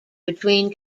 between